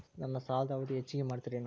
ನನ್ನ ಸಾಲದ ಅವಧಿ ಹೆಚ್ಚಿಗೆ ಮಾಡ್ತಿರೇನು?